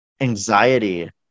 anxiety